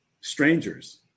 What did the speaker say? strangers